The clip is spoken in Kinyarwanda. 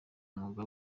umwuga